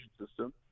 system